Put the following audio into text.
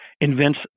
invents